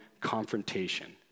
confrontation